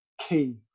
key